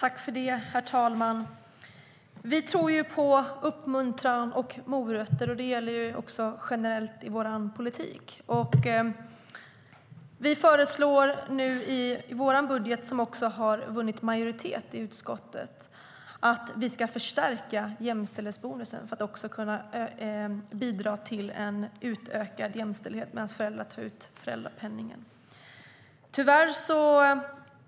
Herr talman! Vi tror på uppmuntran och morötter. Det gäller generellt i vår politik. I vår budget, som har vunnit majoritet i riksdagen, föreslår vi en förstärkning av jämställdhetsbonusen för att kunna bidra till en utökad jämställdhet när föräldrar tar ut föräldrapenningen. Tyvärr